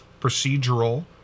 procedural